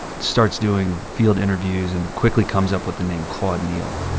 starts doing field interviews and quickly comes up with the name claude neal